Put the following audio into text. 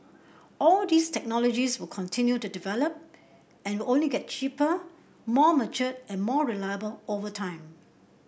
all these technologies will continue to develop and will only get cheaper more mature and more reliable over time